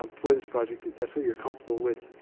um for this project, if that's what you're comfortable with.